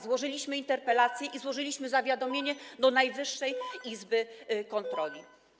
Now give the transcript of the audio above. Złożyliśmy interpelację i złożyliśmy zawiadomienie do Najwyższej Izby Kontroli.